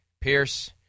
Pierce